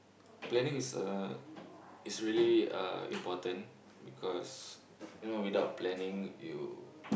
planning is uh is really uh important because you know without planning you